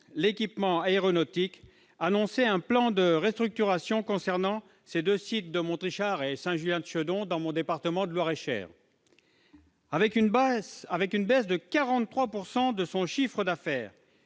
l'équipement aéronautique, annonçait un plan de restructuration concernant ses deux sites de Montrichard et Saint-Julien-de-Chédon, dans mon département, le Loir-et-Cher. Avec une baisse de 40 % de son chiffre d'affaires